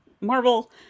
marvel